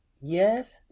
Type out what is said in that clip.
Yes